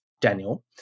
Daniel